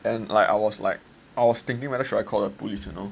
and like I was like I was thinking whether should I call the police you know